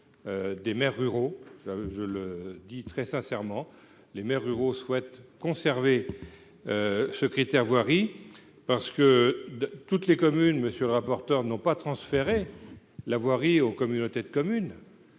des maires ruraux, je le dis très sincèrement les maires ruraux souhaite conserver ce critère voirie parce que de toutes les communes, monsieur le rapporteur, non pas transférer la voirie aux communautés de communes